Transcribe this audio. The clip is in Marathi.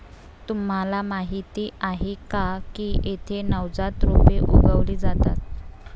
तुम्हाला माहीत आहे का की येथे नवजात रोपे उगवली जातात